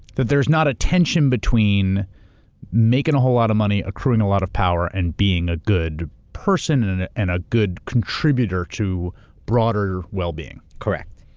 that there's not a tension between making a whole lot of money, accruing a lot of power, and being a good person and a and a good contributor to broader wellbeing. correct.